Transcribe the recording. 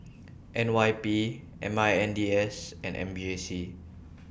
N Y P M I N D S and M J C